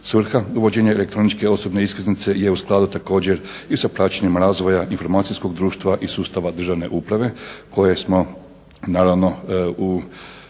Svrha uvođenja elektroničke osobne iskaznice je u skladu također i sa praćenjem razvoja informacijskog društva i sustava državne uprave koje smo naravno u